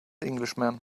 englishman